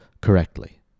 correctly